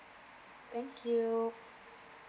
thank you